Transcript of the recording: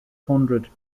hundred